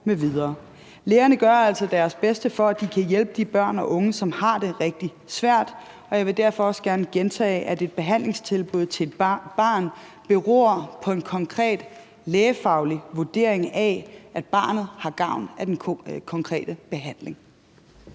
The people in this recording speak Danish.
Lægerne gør altså deres bedste, for at de kan hjælpe de børn og unge, som har det rigtig svært, og jeg vil derfor også gerne gentage, at et behandlingstilbud til et barn beror på en konkret lægefaglig vurdering af, at barnet har gavn af den konkrete behandling.